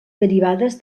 derivades